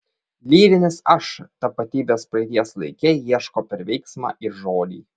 lyrinis aš tapatybės praeities laike ieško per veiksmą ir žodį